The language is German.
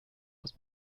aus